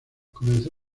comenzó